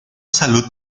salud